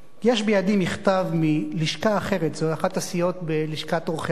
יש בידי מכתב מ"לשכה אחרת" זו אחת הסיעות בלשכת עורכי-הדין,